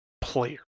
player